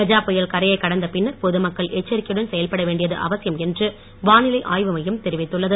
கஜா புயல் கரையை கடந்த பின்னர் பொது மக்கள் எச்சரிக்கையுடன் செயல்பட வேண்டியது அவசியம் என்று வானிலை ஆய்வு மையம் தெரிவித்துள்ளது